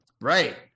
Right